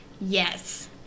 Yes